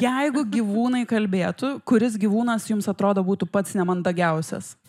jeigu gyvūnai kalbėtų kuris gyvūnas jums atrodo būtų pats nemandagiausias